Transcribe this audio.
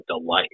delight